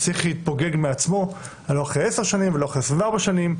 צריך להתפוגג מעצמו לא אחרי עשר שנים ולא אחרי 24 שנים.